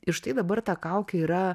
ir štai dabar ta kaukė yra